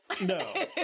No